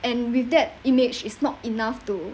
and with that image is not enough to